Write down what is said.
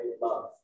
Love